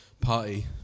party